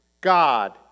God